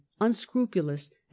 unscrupulous